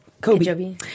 Kobe